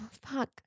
Fuck